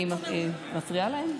אני מפריעה להם?